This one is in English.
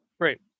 Great